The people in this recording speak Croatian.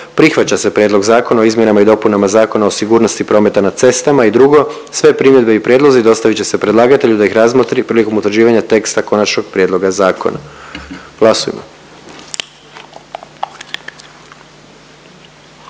prihvaća se Prijedlog Zakona o izmjenama i dopunama Zakona o osiguranju i drugo, sve primjedbe i prijedlozi dostavit će se predlagatelju da ih razmotri prilikom utvrđivanja teksta konačnog prijedloga zakona. Glasujmo.